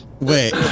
Wait